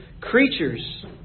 creatures